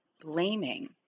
blaming